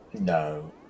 no